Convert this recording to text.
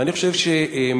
ואני חושב שמתפקידנו,